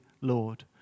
Lord